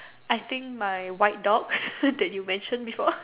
I think my white dog that you mention before